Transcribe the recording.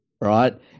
right